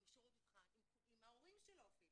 עם שירות מבחן, עם ההורים שלו אפילו,